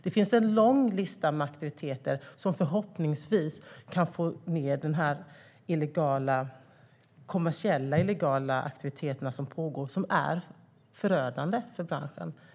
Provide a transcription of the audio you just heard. Det finns en lång lista med aktiviteter som förhoppningsvis kan få ned de kommersiella illegala aktiviteterna som pågår som är förödande för branschen.